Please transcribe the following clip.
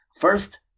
First